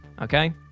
okay